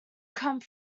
come